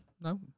No